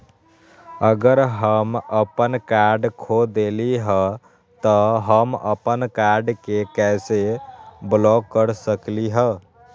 अगर हम अपन कार्ड खो देली ह त हम अपन कार्ड के कैसे ब्लॉक कर सकली ह?